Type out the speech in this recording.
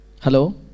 Hello